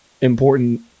important